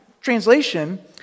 translation